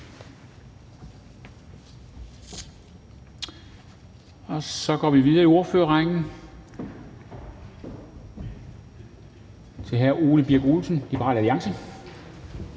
Så går vi videre i ordførerrækken til hr. Ole Birk Olesen, Liberal Alliance.